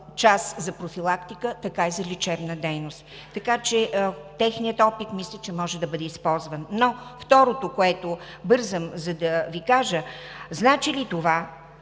час за профилактика, така и за лечебна дейност, така че техният опит мисля, че може да бъде използван. Второто, което бързам да Ви кажа. Значи ли това,